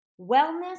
Wellness